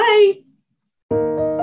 Bye